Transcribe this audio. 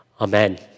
Amen